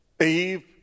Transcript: Eve